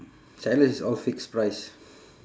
channel is all fixed price